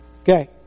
Okay